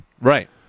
Right